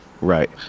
Right